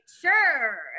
sure